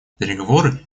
переговоры